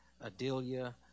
Adelia